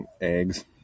Eggs